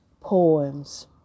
poems